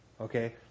Okay